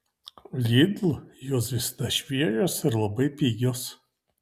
lidl jos visada šviežios ir labai pigios